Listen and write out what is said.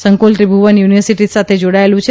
સંકુલ ત્રિભુવન યુનિવર્સિટી સાથે જાડાયેલું છે